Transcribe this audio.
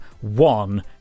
one